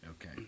Okay